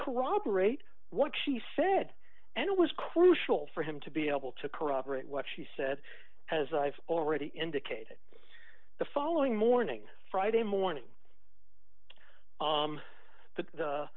corroborate what she said and it was crucial for him to be able to corroborate what she said as i've already indicated the following morning friday morning